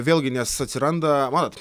vėlgi nes atsiranda matot